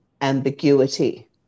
ambiguity